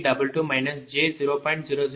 006322 j0